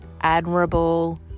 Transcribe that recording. admirable